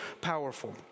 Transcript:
powerful